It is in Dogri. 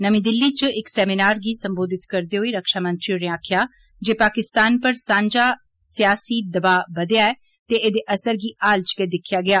नमीं दिलली च इक सैमीनार गी संबोधत करदे होई रक्षा मंत्री होरें आक्खेआ जे पाकिस्तान उप्पर सांझा राजनैतिक दबाह् बघेआ ऐ ते एह्दे असर गी हाल च गै दिक्खेआ गेआ